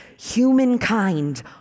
humankind